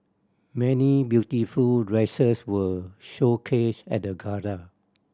many beautiful dresses were showcased at the gala